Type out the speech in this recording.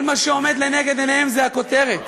כל מה שעומד לנגד עיניהם זה הכותרת.